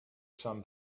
some